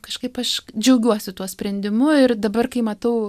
kažkaip aš džiaugiuosi tuo sprendimu ir dabar kai matau